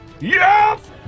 Yes